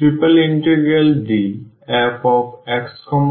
DfxyzdxdydzDfrcos rsin